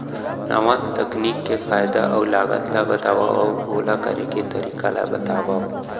नवा तकनीक के फायदा अऊ लागत ला बतावव अऊ ओला करे के तरीका ला बतावव?